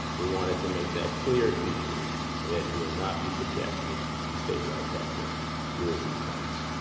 we wanted to make that clear to you that you will not be subjected to statewide testing during these times.